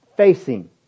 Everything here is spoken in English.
facing